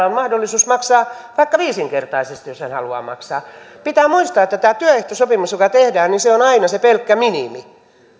on mahdollisuus maksaa vaikka viisinkertaisesti jos hän haluaa maksaa pitää muistaa että tämä työehtosopimus joka tehdään on aina se pelkkä minimi